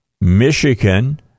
Michigan